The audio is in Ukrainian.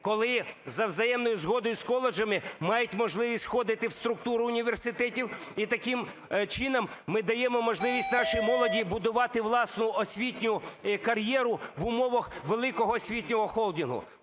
коли за взаємною згодою з коледжами мають можливість входити в структуру університетів, і таким чином ми даємо можливість нашій молоді будувати власну освітню кар'єру в умовах великого освітнього холдингу.